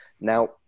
Now